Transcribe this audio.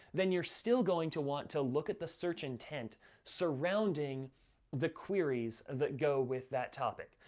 then you're still going to want to look at the search intent surrounding the queries that go with that topic.